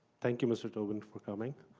thank you, mr. tobin, for coming.